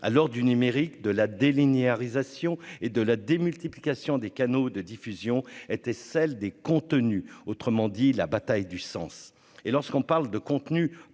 à l'heure du numérique de la délinéarisée et de la démultiplication des canaux de diffusion était celle des contenus, autrement dit la bataille du sens et lorsqu'on parle de contenu